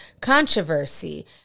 controversy